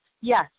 Yes